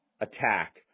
Attack